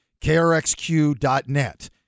krxq.net